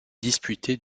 disputées